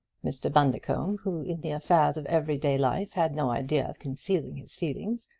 mr. bundercombe, who in the affairs of every-day life had no idea of concealing his feelings,